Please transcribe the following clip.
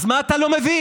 אז מה אתה לא מבין?